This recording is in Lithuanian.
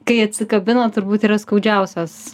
kai atsikabina turbūt yra skaudžiausias